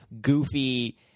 goofy